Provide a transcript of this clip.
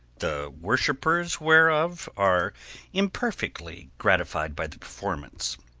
the worshipers whereof are imperfectly gratified by the performance,